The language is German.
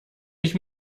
ich